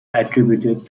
attributed